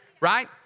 Right